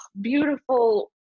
beautiful